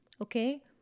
okay